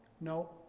No